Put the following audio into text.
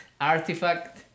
artifact